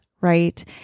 right